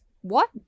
What